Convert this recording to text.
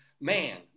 man